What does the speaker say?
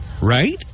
Right